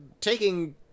taking